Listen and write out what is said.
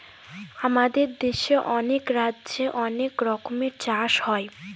আমাদের দেশে অনেক রাজ্যে অনেক রকমের চাষ হয়